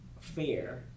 fair